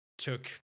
took